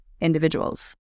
individuals